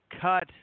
cut